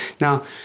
Now